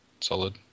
solid